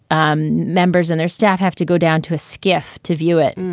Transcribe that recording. um members and their staff have to go down to a skiff to view it.